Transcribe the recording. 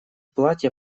платье